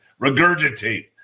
regurgitate